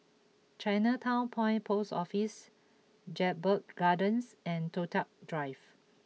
Chinatown Point Post Office Jedburgh Gardens and Toh Tuck Drive